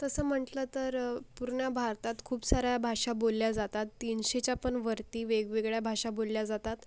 तस म्हटलं तर पूर्ण भारतात खूप साऱ्या भाषा बोलल्या जातात तीनशेच्या पण वरती वेगवेगळ्या भाषा बोलल्या जातात